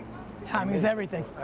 timing's everything,